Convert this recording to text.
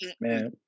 man